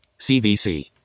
CVC